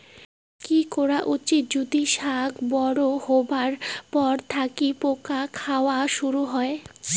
কি করা উচিৎ যদি শাক বড়ো হবার পর থাকি পোকা খাওয়া শুরু হয়?